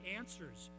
answers